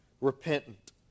repentant